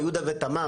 יהודה ותמר,